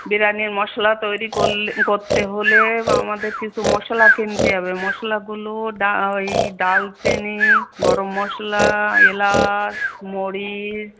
বিরিয়ানির মশলা তৈরি করলে করতে হলে আমাদের কিছু মশলা কিনতে হবে মশলাগুলো ড ওই দারচিনি গরম মশলা এলাচ মরিচ